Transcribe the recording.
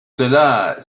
cela